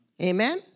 Amen